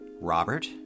robert